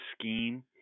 scheme